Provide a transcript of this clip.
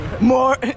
more